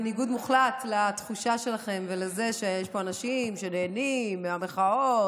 בניגוד מוחלט לתחושה שלכם שיש פה אנשים שנהנים מהמחאות,